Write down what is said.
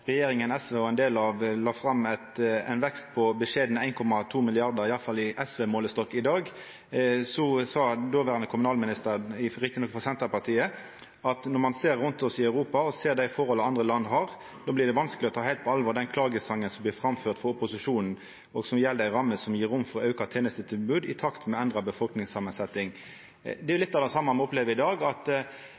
regjeringa med SV la fram ein vekst på beskjedne 1,2 mrd. kr – iallfall i SV-målestokk i dag – sa dåverande kommunalminister, rett nok frå Senterpartiet: «Me ser rundt oss i Europa, og ser dei forholda andre land har, då blir det vanskeleg å ta heilt på alvor den klagesongen som blir framført frå opposisjonen, og som gjeld ei ramme som gir rom for auka tenestetilbod i takt med endra befolkningssamansetjing.» Det er litt av det same me opplever i dag.